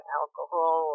alcohol